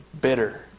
bitter